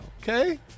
Okay